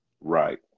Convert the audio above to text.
Right